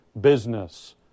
business